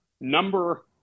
number